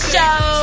Show